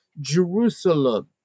Jerusalem